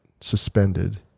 suspended